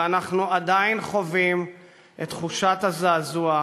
ואנחנו עדיין חווים את תחושת הזעזוע,